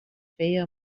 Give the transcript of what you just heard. feia